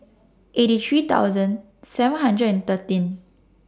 eighty three thousand seven hundred and thirteen